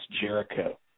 Jericho